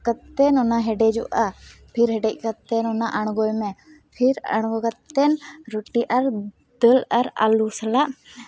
ᱠᱟᱛᱮᱫ ᱚᱱᱟ ᱦᱮᱰᱮᱡᱚᱜᱼᱟ ᱯᱷᱤᱨ ᱦᱮᱰᱮᱡ ᱠᱟᱛᱮᱫ ᱚᱱᱟ ᱟᱬᱜᱚᱭᱢᱮ ᱯᱷᱤᱨ ᱟᱬᱜᱚ ᱠᱟᱛᱮᱫ ᱨᱩᱴᱤ ᱟᱨ ᱫᱟᱹᱞ ᱟᱨ ᱟᱹᱞᱩ ᱥᱟᱞᱟᱜ